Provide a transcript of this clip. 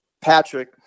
Patrick